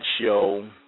show